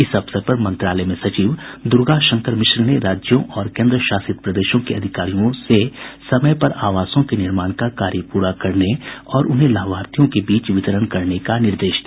इस अवसर पर मंत्रालय में सचिव द्र्गाशंकर मिश्रा ने राज्यों और केन्द्रशासित प्रदेशों के अधिकारियों से समय पर आवासों के निर्माण का कार्य पूरा करने और उन्हें लाभार्थियों के बीच वितरण करने का निर्देश दिया